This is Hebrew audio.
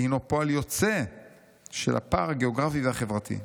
הינו פועל יוצא של הפער הגאוגרפי והחברתי,